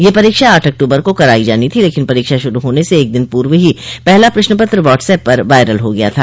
यह परीक्षा आठ अक्टूबर को कराई जानी थी लेकिन परीक्षा शुरू होने से एक दिन पूर्व ही पहला प्रश्नपत्र वाट्स ऐप पर वायरल हो गया था